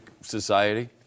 society